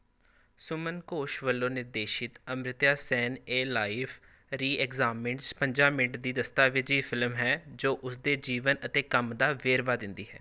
ਸੁਮਨ ਘੋਸ਼ ਵੱਲੋਂ ਨਿਰਦੇਸ਼ਿਤ Amartya Sen a life reexamined ਛਪੰਜਾ ਮਿੰਟ ਦੀ ਦਸਤਾਵੇਜ਼ੀ ਫ਼ਿਲਮ ਹੈ ਜੋ ਉਸਦੇ ਜੀਵਨ ਅਤੇ ਕੰਮ ਦਾ ਵੇਰਵਾ ਦਿੰਦੀ ਹੈ